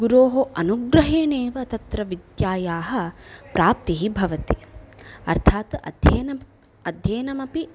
गुरोः अनुग्रहेणैव तत्र विद्यायाः प्राप्तिः भवति अर्थात् अध्ययनं अध्ययनमपि